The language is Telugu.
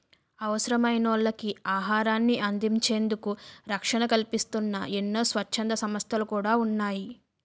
అవసరమైనోళ్ళకి ఆహారాన్ని అందించేందుకు రక్షణ కల్పిస్తూన్న ఎన్నో స్వచ్ఛంద సంస్థలు కూడా ఉన్నాయి